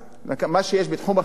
מה שבתחום אחריותי,